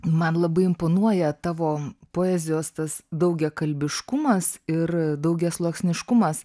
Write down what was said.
man labai imponuoja tavo poezijos tas daugiakalbiškumas ir daugiasluoksniškumas